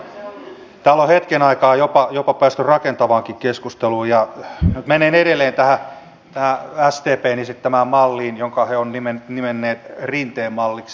täällä on hetken aikaa päästy jopa rakentavaankin keskusteluun ja menen edelleen tähän sdpn esittämään malliin jonka he ovat nimenneet rinteen malliksi